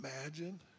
imagine